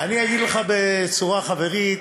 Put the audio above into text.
אני אגיד לך בצורה חברית,